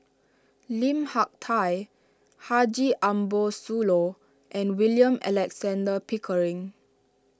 Lim Hak Tai Haji Ambo Sooloh and William Alexander Pickering